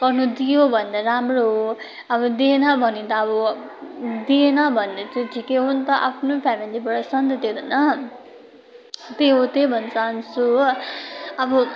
गर्नु दियो भने त राम्रो हो अब दिएन भने त अब दिएन भने त ठिकै हो नि त आफ्नो फेमिलीबाट छ नि त त्यो त होइन त्यही हो त्यही भन्न चाहन्छु हो अब